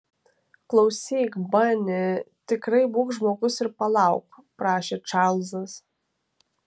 klausyk bani tikrai būk žmogus ir palauk prašė čarlzas